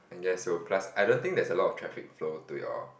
I guess so plus I don't think there's a lot of traffic flow to your